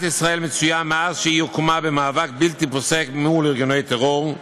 ישראל מצויה מאז הוקמה במאבק בלתי פוסק מול ארגוני טרור,